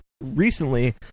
recently